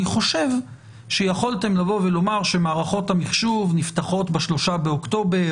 אני חושב שיכולתם לבוא ולומר שמערכות המחשוב נפתחות ב-3 באוקטובר,